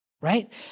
right